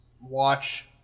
watch